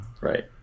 Right